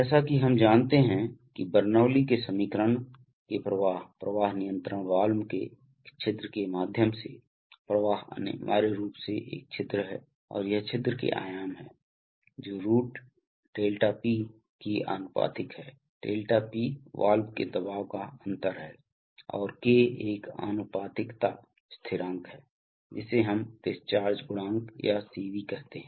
जैसा कि हम जानते हैं कि बर्नौली Bernoulli's के समीकरण के प्रवाह प्रवाह नियंत्रण वाल्व के छिद्र के माध्यम से प्रवाह अनिवार्य रूप से एक छिद्र है और यह छिद्र के आयाम हैं जो root ΔP की आनुपातिक है ΔP वाल्व के दबाव का अंतर है और K एक आनुपातिकता स्थिरांक है जिसे हम डिस्चार्ज गुणांक या Cv कहते हैं